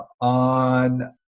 on